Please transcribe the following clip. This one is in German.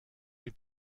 die